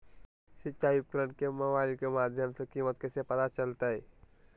सिंचाई उपकरण के मोबाइल के माध्यम से कीमत कैसे पता चलतय?